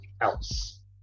else